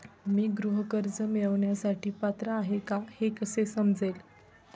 मी गृह कर्ज मिळवण्यासाठी पात्र आहे का हे कसे समजेल?